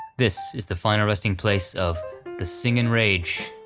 this is the final resting place of the singin' rage,